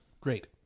great